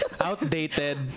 Outdated